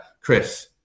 Chris